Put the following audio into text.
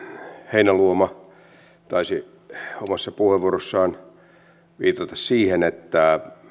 heinäluoma taisi omassa puheenvuorossaan viitata siihen että